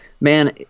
man